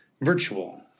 virtual